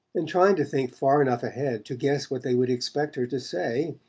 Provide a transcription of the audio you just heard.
and trying to think far enough ahead to guess what they would expect her to say,